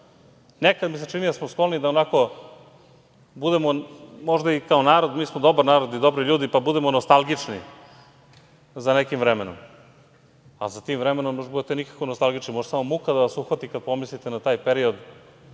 mi se čini da smo skloni da onako budemo možda i kao narod, mi smo dobar narod i dobri ljudi, pa budemo nostalgični za nekim vremenom, a za tim vremenom ne možete da budete nikako nostalgični, može samo muka da vas uhvati kad pomislite na taj period